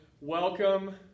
Welcome